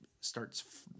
starts